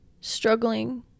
struggling